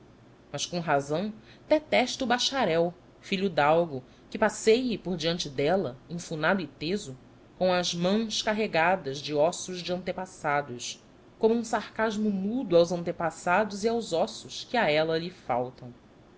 mas com razão detesta o bacharel filho de algo que passeie por diante dela enfunado e teso com as mãos carregadas de ossos de antepassados como um sarcasmo mudo aos antepassados e aos ossos que a ela lhe faltam